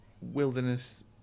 wilderness